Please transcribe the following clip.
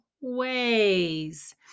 ways